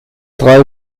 drei